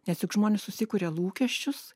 nes juk žmonės susikuria lūkesčius